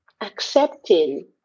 accepting